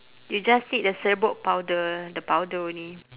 you just need the serbuk powder the powder only